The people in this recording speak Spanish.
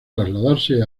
trasladarse